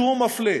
שהוא מפלה.